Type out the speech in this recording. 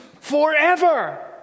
forever